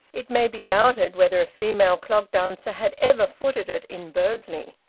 it may be doubted whether a female clog-dancer had ever footed it in bursley.